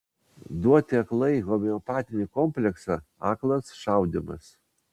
duoti aklai homeopatinį kompleksą aklas šaudymas